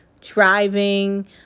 driving